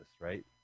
right